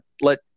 let